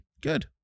Good